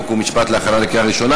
חוק ומשפט להכנה לקריאה ראשונה.